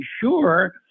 sure